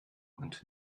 und